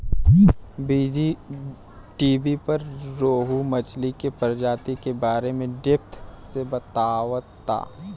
बीज़टीवी पर रोहु मछली के प्रजाति के बारे में डेप्थ से बतावता